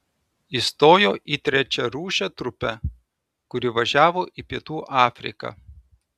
įstojo į trečiarūšę trupę kuri važiavo į pietų afriką